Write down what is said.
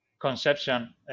conception